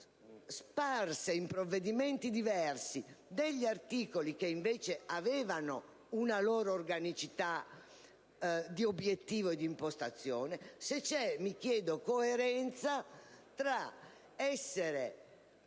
sparse in provvedimenti diversi degli articoli che invece avevano una loro organicità di obiettivo e di impostazione. Mi chiedo se c'è coerenza e